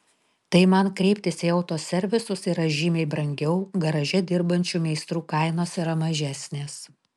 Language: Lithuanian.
tai man kreiptis į autoservisus yra žymiai brangiau garaže dirbančių meistrų kainos yra mažesnės